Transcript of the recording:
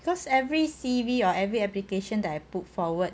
because every C_V or every application that I put forward